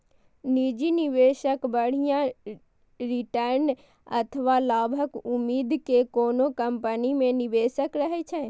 निजी निवेशक बढ़िया रिटर्न अथवा लाभक उम्मीद मे कोनो कंपनी मे निवेश करै छै